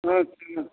अच्छा